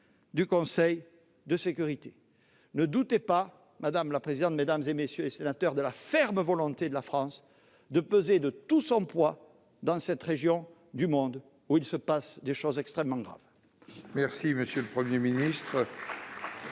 du Conseil de sécurité. Ne doutez pas, madame la présidente Assassi, mesdames, messieurs les sénateurs, de la ferme volonté de la France de peser de tout son poids dans cette région du monde, où se déroulent des événements extrêmement graves.